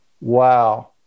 wow